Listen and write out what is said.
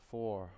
Four